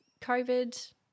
COVID